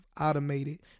automated